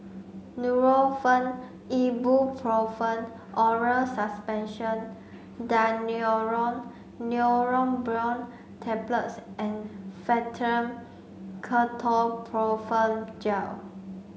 Nurofen Ibuprofen Oral Suspension Daneuron Neurobion Tablets and Fastum Ketoprofen Gel